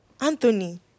Anthony